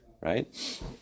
right